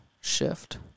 shift